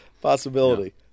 possibility